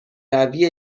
روی